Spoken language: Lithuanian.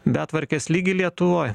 betvarkės lygį lietuvoj